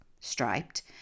striped